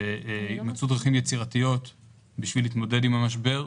מצאו דרכים יצירתיות בשביל להתמודד עם המשבר.